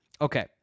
Okay